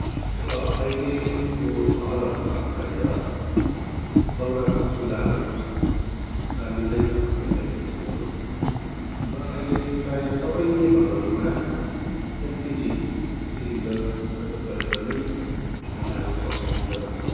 र अहिलेको घरहरूमा प्राय दाउराको चुल्हाहरू बालिँदैन पहिलाको जस्तो र अहिले प्राय सबै नै घरहरूमा एलपिजी सिलिन्डर प्रयोग गरेर नै खानाहरू पकाइन्छ